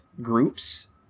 groups